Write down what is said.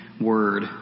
word